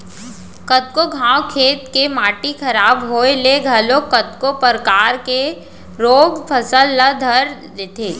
कतको घांव खेत के माटी खराब होय ले घलोक कतको परकार के रोग फसल ल धर लेथे